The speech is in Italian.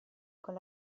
con